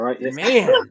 man